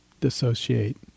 dissociate